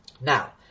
Now